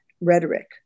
rhetoric